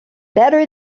better